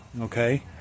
okay